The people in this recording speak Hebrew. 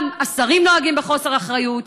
וגם השרים נוהגים בחוסר אחריות,